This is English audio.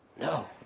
No